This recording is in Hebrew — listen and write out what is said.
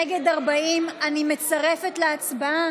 נגד, 40. אני מצרפת להצבעה